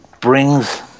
brings